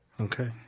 Okay